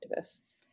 activists